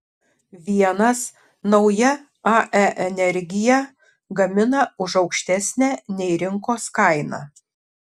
vienas nauja ae energiją gamina už aukštesnę nei rinkos kaina